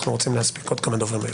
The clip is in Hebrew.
תודה.